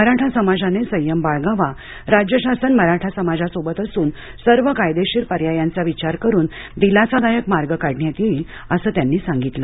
मराठा समाजाने संयम बाळगावा राज्य शासन मराठा समाजासोबत असून सर्व कायदेशीर पर्यायांचा विचार करुन दिलासादायक मार्ग काढण्यात येईल असं त्यांनी सांगितलं